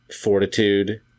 fortitude